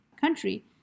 country